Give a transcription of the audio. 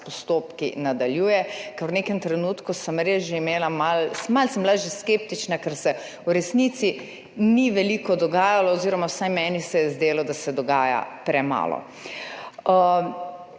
postopki nadaljuje, ker v nekem trenutku sem bila res že malo skeptična, ker se v resnici ni veliko dogajalo oziroma vsaj meni se je zdelo, da se dogaja premalo.